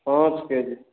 पाँच के जी